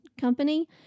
company